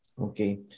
Okay